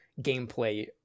gameplay